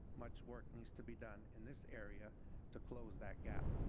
much work needs to be done in this area to close that gap.